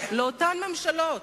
לאותן ממשלות